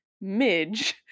Midge